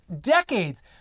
decades